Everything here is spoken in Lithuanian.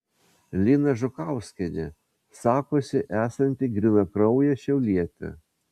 lina žukauskienė sakosi esanti grynakraujė šiaulietė